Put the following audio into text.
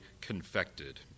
confected